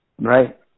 right